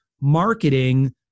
marketing